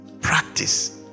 practice